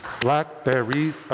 Blackberries